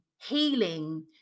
healing